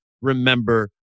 remember